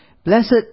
Blessed